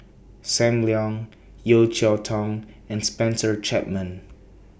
SAM Leong Yeo Cheow Tong and Spencer Chapman